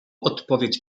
odpowiedź